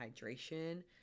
hydration